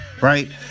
Right